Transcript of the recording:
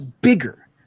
bigger